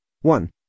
One